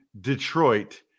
Detroit